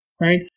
right